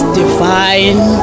divine